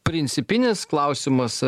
principinis klausimas